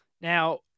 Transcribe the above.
Now